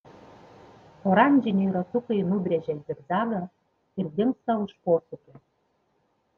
oranžiniai ratukai nubrėžia zigzagą ir dingsta už posūkio